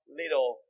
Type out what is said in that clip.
little